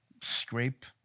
scrape